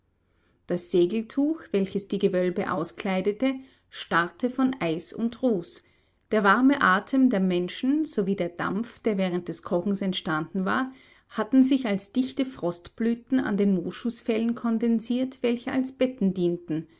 das segeltuch welches die gewölbe auskleidete starrte von eis und ruß der warme atem der menschen sowie der dampf der während des kochens entstanden war hatten sich als dichte frostblüten an den moschusfellen kondensiert welche als betten dienten